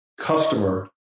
customer